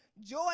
Joy